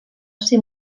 ser